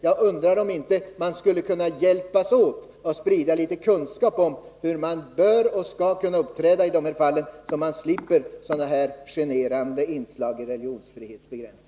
Jag undrar om vi inte skulle kunna hjälpas åt med att sprida litet kunskap om hur man bör och skall uppträda i dessa fall så vi slipper sådana här generande inslag av religionsfrihetsbegränsning.